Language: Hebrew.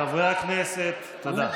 חברי הכנסת, תודה.